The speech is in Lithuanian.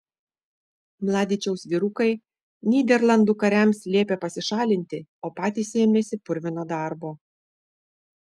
mladičiaus vyrukai nyderlandų kariams liepė pasišalinti o patys ėmėsi purvino darbo